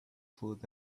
food